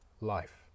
life